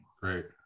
Great